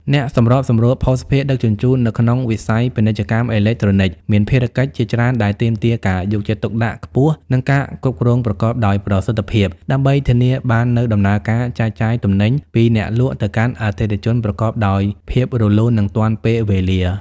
អ្នកសម្របសម្រួលភស្តុភារដឹកជញ្ជូននៅក្នុងវិស័យពាណិជ្ជកម្មអេឡិចត្រូនិក មានភារកិច្ចជាច្រើនដែលទាមទារការយកចិត្តទុកដាក់ខ្ពស់ និងការគ្រប់គ្រងប្រកបដោយប្រសិទ្ធភាព ដើម្បីធានាបាននូវដំណើរការចែកចាយទំនិញពីអ្នកលក់ទៅកាន់អតិថិជនប្រកបដោយភាពរលូន និងទាន់ពេលវេលា។